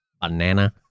banana